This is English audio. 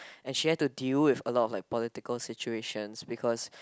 and she had to deal with a lot of like political situation because